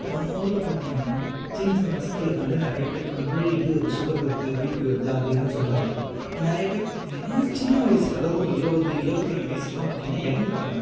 இப்போ நம்ம ஊரில் பார்த்திங்கன்னா சின்ன சின்ன பசங்களுக்கு வந்து நிறைய பேருக்கு வந்து இது வருது சுகர் வருது பிபி வருது அது இதுன்னு சொல்கிறாங்க இப்போ நிறைய பேர் பார்த்திங்கன்னா சின்ன வயசில் அதாவது ஒரு இருபது இருபத்தி நாலு வயசுலெலாம் பார்த்திங்கன்னா இறந்துருக்காங்க